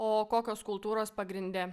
o kokios kultūros pagrinde